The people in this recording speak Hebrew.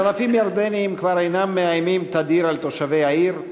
צלפים ירדנים כבר אינם מאיימים תדיר על תושבי העיר,